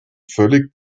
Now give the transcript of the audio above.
völlig